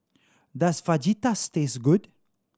does Fajitas taste good